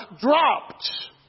dropped